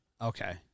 Okay